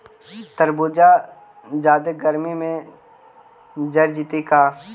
तारबुज जादे गर्मी से जर जितै का?